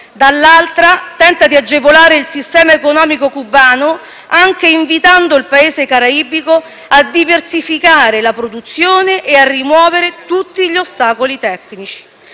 Dall'altra, tenta di agevolare il sistema economico cubano, anche invitando il Paese caraibico a diversificare la produzione ed a rimuovere tutti gli ostacoli tecnici.